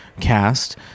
cast